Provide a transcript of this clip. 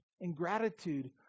ingratitude